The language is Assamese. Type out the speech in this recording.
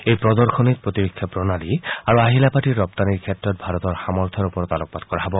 এই প্ৰদৰ্শণীত প্ৰতিৰক্ষা প্ৰণালী আৰু আহিলা পাতিৰ ৰপ্তানীৰ ক্ষেত্ৰত ভাৰতৰ সামৰ্থৰ ওপৰত আলোকপাত কৰা হব